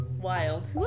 wild